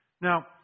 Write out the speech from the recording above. Now